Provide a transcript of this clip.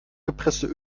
gepresste